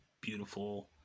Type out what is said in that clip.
beautiful